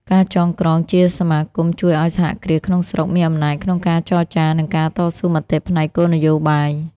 ការចងក្រងជាសមាគមជួយឱ្យសហគ្រាសក្នុងស្រុកមានអំណាចក្នុងការចរចា និងការតស៊ូមតិផ្នែកគោលនយោបាយ។